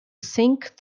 sink